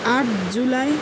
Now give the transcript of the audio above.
आठ जुलाई